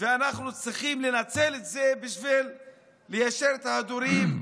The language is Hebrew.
ואנחנו צריכים לנצל את זה בשביל ליישר את ההדורים,